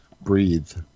breathe